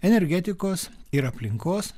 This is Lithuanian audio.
energetikos ir aplinkos